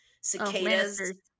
Cicadas